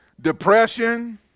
depression